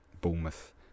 Bournemouth